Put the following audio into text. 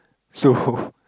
so